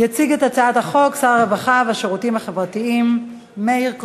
יציג את הצעת החוק שר הרווחה והשירותים החברתיים מאיר כהן.